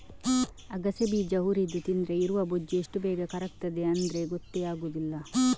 ಅಗಸೆ ಬೀಜ ಹುರಿದು ತಿಂದ್ರೆ ಇರುವ ಬೊಜ್ಜು ಎಷ್ಟು ಬೇಗ ಕರಗ್ತದೆ ಅಂದ್ರೆ ಗೊತ್ತೇ ಆಗುದಿಲ್ಲ